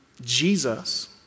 Jesus